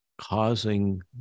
causing